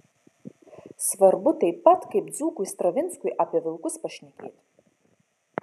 svarbu taip pat kaip dzūkui stravinskui apie vilkus pašnekėti